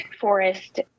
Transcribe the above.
forest